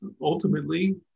ultimately